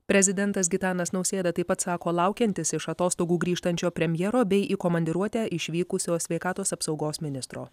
prezidentas gitanas nausėda taip pat sako laukiantis iš atostogų grįžtančio premjero bei į komandiruotę išvykusio sveikatos apsaugos ministro